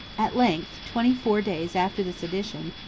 at length, twenty-four days after the sedition,